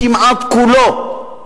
כמעט כולו: